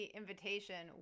invitation